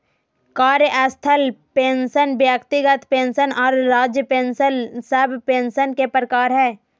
कार्यस्थल पेंशन व्यक्तिगत पेंशन आर राज्य पेंशन सब पेंशन के प्रकार हय